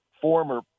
former